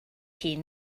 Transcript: hun